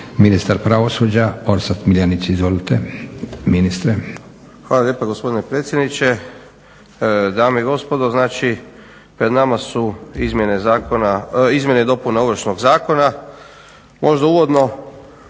ministar pravosuđa, Orsat Miljenić. Izvolite